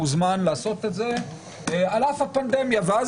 מוזמן לעשות את זה על אף הפנדמיה ואז